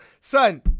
son